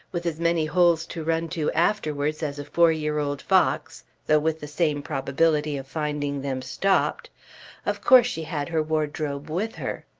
with as many holes to run to afterwards as a four-year-old fox though with the same probability of finding them stopped of course she had her wardrobe with her.